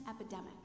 epidemic